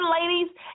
ladies